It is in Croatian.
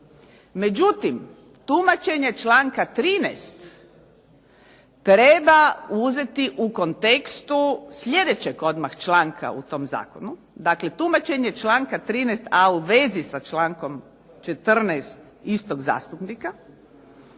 Međutim, tumačenje članka 13. treba uzeti u kontekstu sljedećeg odmah članka u tom zakonu. Dakle, tumačenje članka 13. a u vezi sa člankom 14. istog zastupnika,